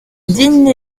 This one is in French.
digne